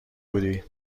بودی